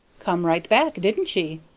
come right back, didn't she?